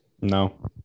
No